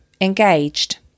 engaged